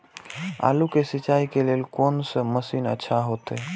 आलू के सिंचाई के लेल कोन से मशीन अच्छा होते?